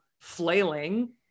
flailing